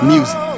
Music